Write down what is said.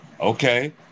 Okay